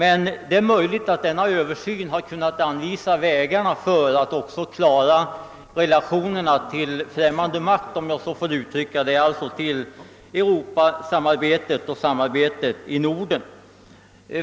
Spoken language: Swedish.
Men det är möjligt att en sådan översyn också hade kunnat anvisa vägar för att klara relationerna till främmande makt, om jag så får säga, t.ex. när det gäller Europasamarbetet och samarbetet i Norden.